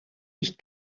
mich